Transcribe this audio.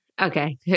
Okay